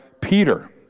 Peter